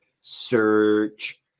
search